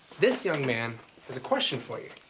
this young man has a question for you.